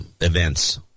events